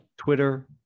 Twitter